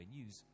News